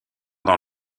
dans